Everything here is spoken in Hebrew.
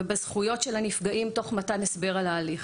ובזכויות של הנפגעים תוך מתן הסבר על ההליך.